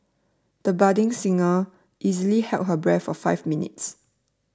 the budding singer easily held her breath for five minutes